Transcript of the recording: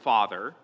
Father